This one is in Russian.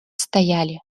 стояли